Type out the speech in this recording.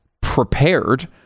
prepared